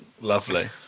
Lovely